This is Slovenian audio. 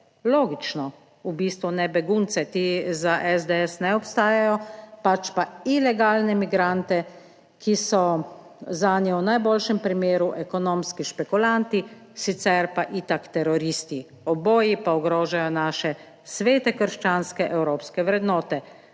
Logično. V bistvu ne begunce, ti za SDS ne obstajajo, pač pa ilegalne migrante, ki so zanje v najboljšem primeru ekonomski špekulanti, sicer pa itak teroristi, oboji pa ogrožajo naše svete krščanske evropske vrednote.